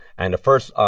and the first,